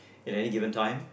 in any given time